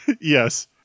Yes